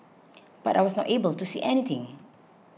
but I was not able to see anything